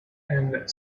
and